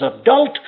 adult